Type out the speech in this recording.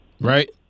Right